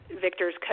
Victor's